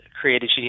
created